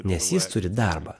nes jis turi darbą